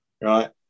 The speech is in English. right